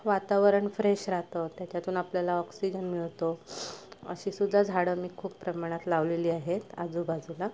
वातावरण फ्रेश राहाते त्याच्यातून आपल्याला ऑक्सिजन मिळतो अशीसुद्धा झाडं मी खूप प्रमाणात लावलेली आहेत आजूबाजूला